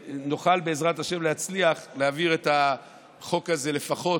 ובעזרת השם נוכל להצליח להעביר את החוק הזה לפחות,